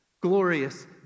glorious